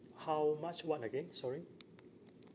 how much what again sorry